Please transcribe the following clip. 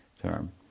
term